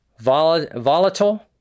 volatile